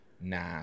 nah